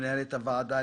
מנהלת הוועדה,